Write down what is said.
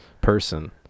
person